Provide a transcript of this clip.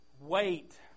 wait